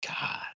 God